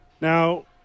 Now